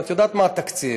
את יודעת מה התקציב,